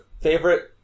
favorite